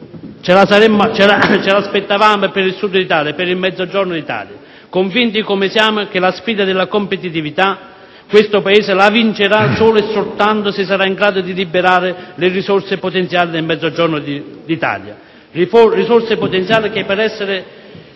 ce la aspettavamo per il Mezzogiorno d'Italia, convinti come siamo che la sfida della competitività questo Paese la vincerà solo e soltanto se sarà in grado di liberare le risorse potenziali del Mezzogiorno d'Italia, risorse potenziali che per essere